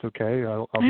okay